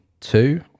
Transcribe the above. two